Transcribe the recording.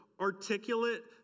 articulate